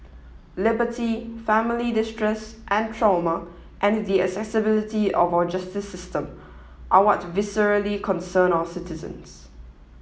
liberty family distress and trauma and the accessibility of our justice system are what viscerally concern our citizens